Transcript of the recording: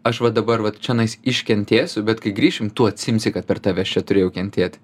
aš va dabar vat čionais iškentėsiu bet kai grįšim tu atsiimsi kad per tave aš čia turėjau kentėti